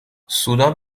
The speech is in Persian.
سودان